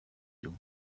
you